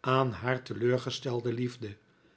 aan haar teleurgestelde liefde